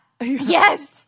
yes